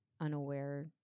unaware